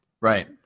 Right